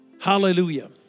Hallelujah